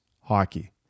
hockey